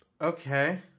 Okay